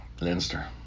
Leinster